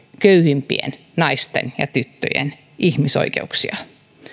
köyhimpien naisten ja tyttöjen ihmisoikeuksia